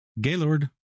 Gaylord